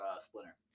splinter